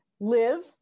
live